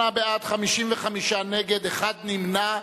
38 בעד, 55 נגד, אחד נמנע.